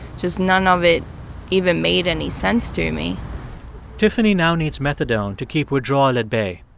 just none of it even made any sense to me tiffany now needs methadone to keep withdrawal at bay.